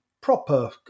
proper